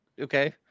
Okay